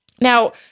Now